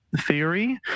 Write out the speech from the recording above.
theory